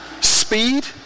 speed